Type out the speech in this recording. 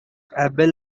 abel